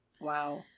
Wow